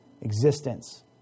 existence